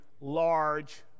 large